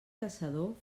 caçador